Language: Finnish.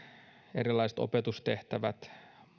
erilaiset opetustehtävät